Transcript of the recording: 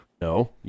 No